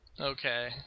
Okay